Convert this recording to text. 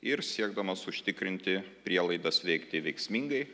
ir siekdamas užtikrinti prielaidas veikti veiksmingai